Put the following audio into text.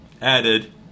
added